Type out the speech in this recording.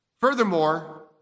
Furthermore